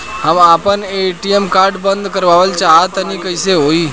हम आपन ATM card बंद करावल चाह तनि कइसे होई?